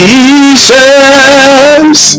Jesus